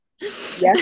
Yes